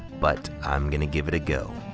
but i'm gonna give it a go.